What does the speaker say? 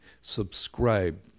subscribe